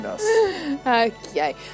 Okay